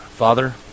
Father